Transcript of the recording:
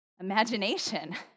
Imagination